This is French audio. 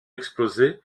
explosé